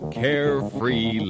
carefree